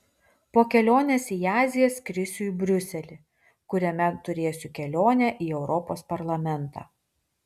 po kelionės į aziją skrisiu į briuselį kuriame turėsiu kelionę į europos parlamentą